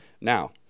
Now